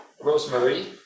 Rosemary